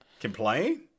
complain